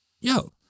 yo